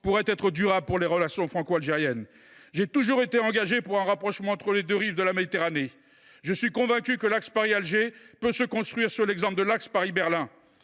pourraient être durables pour les relations franco algériennes. J’ai toujours été engagé en faveur d’un rapprochement entre les deux rives de la Méditerranée. Je suis convaincu que l’axe Paris Alger peut se construire sur l’exemple de l’axe Paris Berlin.